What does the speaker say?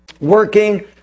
working